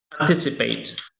anticipate